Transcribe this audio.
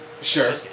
Sure